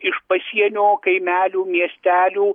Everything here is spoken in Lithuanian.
iš pasienio kaimelių miestelių